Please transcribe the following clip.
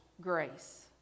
grace